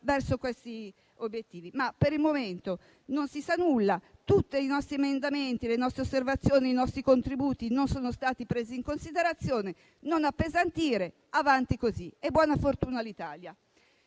di questi obiettivi. Per il momento però non si sa nulla. Tutti i nostri emendamenti, le nostre osservazioni e i nostri contributi non sono stati presi in considerazione. Non appesantire, avanti così e buona fortuna all'Italia.